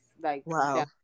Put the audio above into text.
Wow